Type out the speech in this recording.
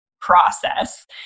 process